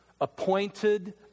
appointed